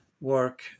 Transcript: work